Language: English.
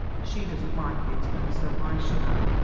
she doesn't like it, and so why should i.